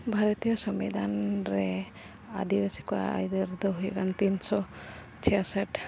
ᱵᱷᱟᱨᱚᱛᱤᱭᱚ ᱥᱚᱝᱵᱤᱫᱷᱟᱱ ᱨᱮ ᱟᱹᱫᱤᱵᱟᱹᱥᱤ ᱠᱚᱣᱟᱜ ᱟᱹᱭᱫᱟᱹᱨ ᱫᱚ ᱦᱩᱭᱩᱜ ᱠᱟᱱᱟ ᱛᱤᱱᱥᱚ ᱪᱷᱮᱭᱥᱚᱴ